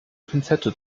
pinzette